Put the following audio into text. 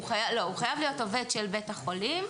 הוא חייב להיות עובד של בית החולים,